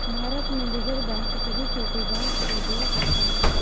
भारत में reserve bank सभी छोटे बैंक को डील करता है